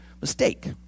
mistake